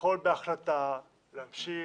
יכול בהחלטה להמשיך,